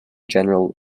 general